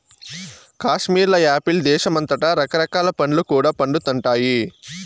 కాశ్మీర్ల యాపిల్ దేశమంతటా రకరకాల పండ్లు కూడా పండతండాయి